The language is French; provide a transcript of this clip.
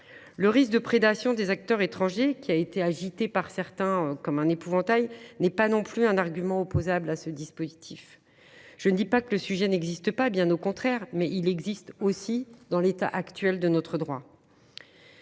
Le risque de prédation par des acteurs étrangers, qui a été agité par certains comme un épouvantail, n’est pas non plus un argument opposable à ce dispositif. Je ne dis pas que le risque n’est pas réel, bien au contraire, mais il existe déjà dans le droit actuel : j’en suis